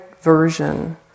version